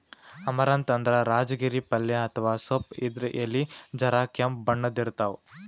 amaranth ಅಂದ್ರ ರಾಜಗಿರಿ ಪಲ್ಯ ಅಥವಾ ಸೊಪ್ಪ್ ಇದ್ರ್ ಎಲಿ ಜರ ಕೆಂಪ್ ಬಣ್ಣದ್ ಇರ್ತವ್